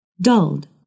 dulled